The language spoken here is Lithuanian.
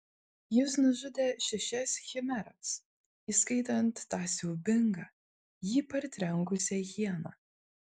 jis nužudė šešias chimeras įskaitant tą siaubingą jį partrenkusią hieną